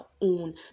own